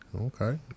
Okay